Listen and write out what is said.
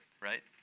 right